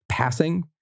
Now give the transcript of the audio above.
passing